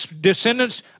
descendants